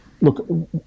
Look